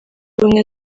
ubumwe